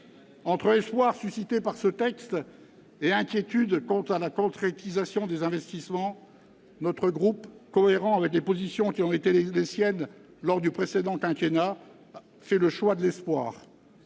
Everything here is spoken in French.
Entre espoir suscité par ce texte et inquiétude quant à la concrétisation des investissements, notre groupe, cohérent avec les positions qui ont été les siennes lors du précédent quinquennat, fait le choix de l'espoir.